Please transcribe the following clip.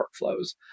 workflows